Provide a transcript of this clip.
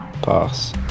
pass